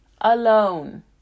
alone